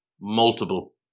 multiple